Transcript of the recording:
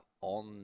on